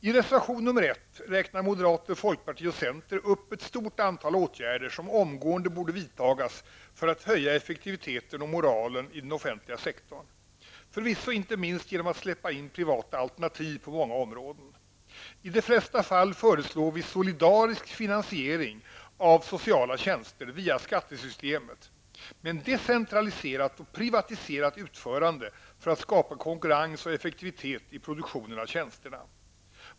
I reservation nr 1räknar moderaterna, folkpartiet och centerpartiet upp ett stort antal åtgärder som omgående borde vidtas för att höja effektiviteten och moralen i den offentliga sektorn, inte minst, förvisso, genom att släppa in privata alternativ på många områden. I de flesta fall föreslår vi solidarisk finansiering av sociala tjänster via skattesystemet men decentraliserat och privatiserat utförande för att skapa konkurrens och effektivitet i produktionen av tjänsterna.